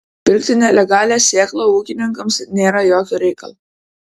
pirkti nelegalią sėklą ūkininkams nėra jokio reikalo